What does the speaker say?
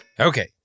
Okay